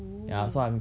oo